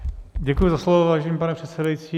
Děkuji za slovo, vážený pane předsedající.